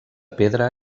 pedra